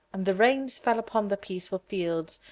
and the rains fell upon the peaceful fields,